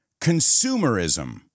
Consumerism